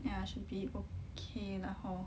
ya should be okay lah hor